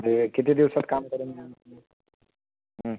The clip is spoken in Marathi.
हे किती दिवसात काम करून देणार तुम्ही हां